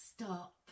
stop